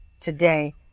today